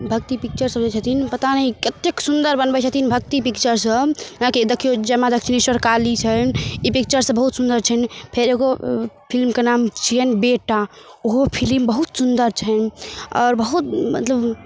भक्ति पिक्चर सब जे छथिन पता नहि कतेक सुन्दर बनबै छथिन भक्ति पिक्चर सब अहाँके देखियौ जय माँ दक्षिणेश्वर काली छनि ई पिक्चर सब बहुत सुन्दर छनि फेर एगो फिल्मके नाम छियनि बेटा ओहो फिल्म बहुत सुन्दर छनि आओर बहुत मतलब